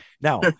Now